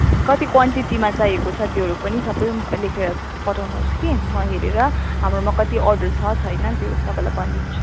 कति क्वानटिटीमा चाहिएको छ त्योहरू पनि सबै लेखेर पठाउनुहोस् कि म हेरेर हाम्रोमा कति अर्डर छ छैन त्यो तपाईँलाई भनिदिन्छु